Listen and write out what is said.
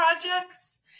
projects